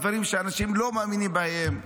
לדברים שאנשים לא מאמינים בהם,